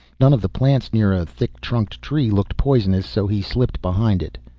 none of the plants near a thick-trunked tree looked poisonous, so he slipped behind it.